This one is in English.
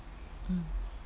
mm